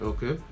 Okay